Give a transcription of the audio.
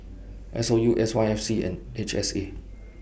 S O U S Y F C and H S A